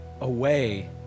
away